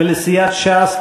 ולסיעת ש"ס,